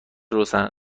روشن